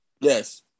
Yes